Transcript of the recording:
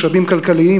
משאבים כלכליים,